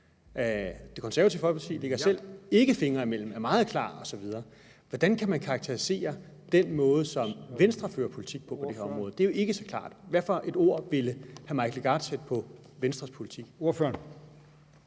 Det Konservative Folkeparti lægger selv ikke fingrene imellem, man er meget klar osv., men hvordan kan man karakterisere den måde, som Venstre fører politik på på det her område? For det er jo ikke så klart. Hvad for nogle ord ville hr. Mike Legarth sætte på i forhold til